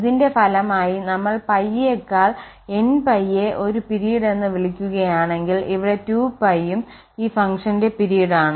ഇതിന്റെ ഫലമായി നമ്മൾ π യെക്കാൾ nπ യെ ഒരു പിരീഡ് എന്ന് വിളിക്കുകയാണെങ്കിൽ ഇവിടെ 2π യും ഈ ഫംഗ്ഷന്റെ പിരീഡാണ്